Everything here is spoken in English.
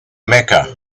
mecca